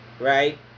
right